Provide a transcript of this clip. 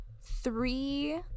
three